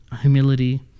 humility